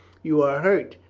you are hurt.